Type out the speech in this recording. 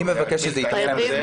אני מבקש לתחום את זה בזמן.